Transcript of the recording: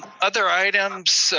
other items,